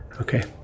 Okay